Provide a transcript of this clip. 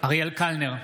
אריאל קלנר,